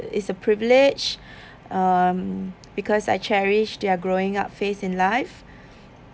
is a privilege um because I cherish their growing up phase in life